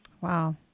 Wow